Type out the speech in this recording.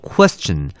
Question